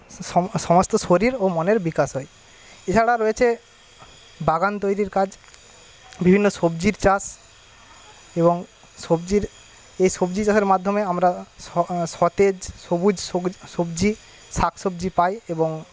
স সমস্ত শরীর ও মনের বিকাশ হয় এছাড়া রয়েছে বাগান তৈরির কাজ বিভিন্ন সবজির চাষ এবং সবজির এই সবজি চাষের মাধ্যমে আমরা স সতেজ সবুজ সগ সবজি শাকসবজি পাই এবং